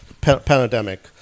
pandemic